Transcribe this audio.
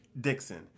Dixon